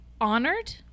honored